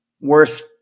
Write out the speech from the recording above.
worth